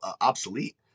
obsolete